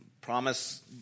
promise